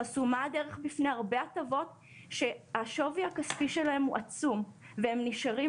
חסומה הדרך בפני הרבה הטבות שהשווי הכספי שלהן הוא עצום והם נשארים